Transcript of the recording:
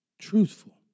truthful